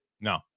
No